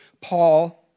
Paul